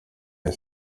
cya